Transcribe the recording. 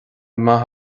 maith